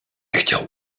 chciał